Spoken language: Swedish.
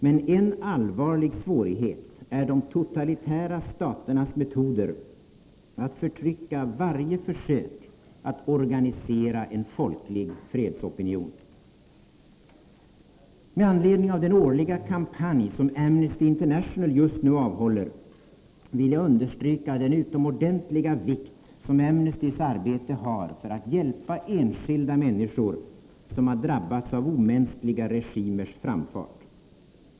Men en allvarlig svårighet är de totalitära staternas metoder att förtrycka varje försök att organisera en folklig fredsopinion. Med anledning av den årliga kampanj som Amnesty International just nu avhåller vill jag understryka den utomordentliga vikt som Amnestys arbete har för att hjälpa enskilda människor som har drabbats av omänskliga regimers framfart.